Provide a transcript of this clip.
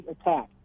attack